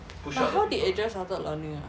but how did agel started learning ah